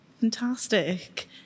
Fantastic